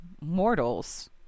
mortals